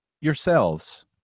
yourselves